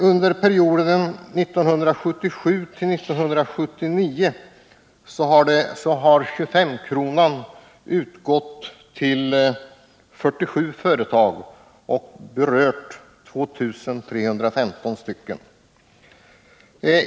Under perioden 1977-1979 har 25-kronan utgått till 47 företag och berört 2 315 anställda.